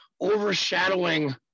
overshadowing